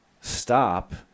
stop